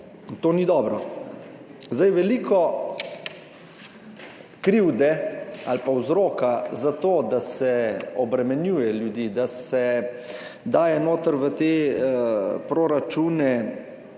To ni dobro. Veliko krivde ali pa vzroka za to, da se obremenjuje ljudi, da se daje noter v te proračune